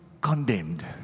condemned